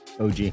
OG